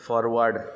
forward